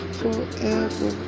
forever